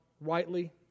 rightly